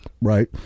Right